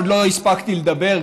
גם לא הספקתי לדבר,